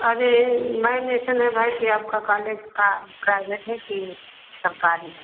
अरे मैम इतने भाई के आपका कॉलेज का प्राइभेट है कि सरकारी है